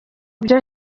byo